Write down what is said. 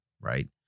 right